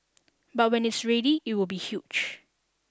but when it's ready it will be huge